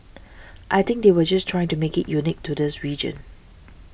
I think they were just trying to make it unique to this region